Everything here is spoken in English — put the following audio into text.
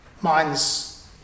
minds